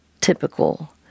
typical